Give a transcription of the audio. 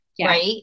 Right